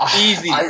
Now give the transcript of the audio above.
Easy